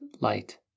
light